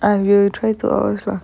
I will try to overs lah